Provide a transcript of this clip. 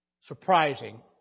surprising